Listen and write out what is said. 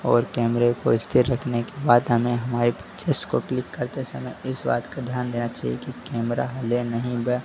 और केमरे को स्थिर रखने के बाद हमें हमारे पिच्चस को क्लिक करते समय इस बात का ध्यान देना चाहिए कि कैमरा हिले नहीं ब